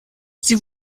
sie